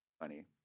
Funny